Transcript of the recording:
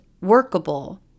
workable